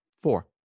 Four